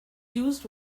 used